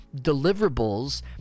deliverables